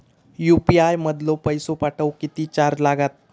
UPI मधलो पैसो पाठवुक किती चार्ज लागात?